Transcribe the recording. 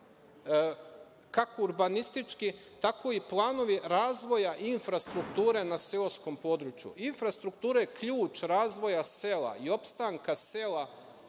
kako urbanistički, tako i planovi razvoja infrastrukture na seoskom području. Infrastruktura je ključ razvoja sela i opstanka sela